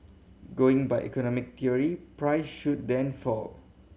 going by economic theory price should then fall